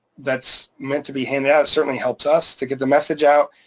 that's meant to be handout. it certainly helps us to get the message out.